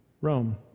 Rome